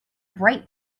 bright